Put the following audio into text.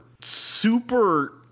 super